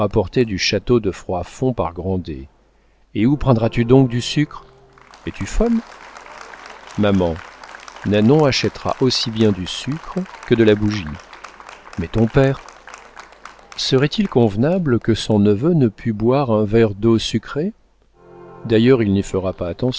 du château de froidfond par grandet et où prendras-tu donc du sucre es-tu folle maman nanon achètera aussi bien du sucre que de la bougie mais ton père serait-il convenable que son neveu ne pût boire un verre d'eau sucrée d'ailleurs il n'y fera pas attention